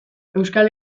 euskal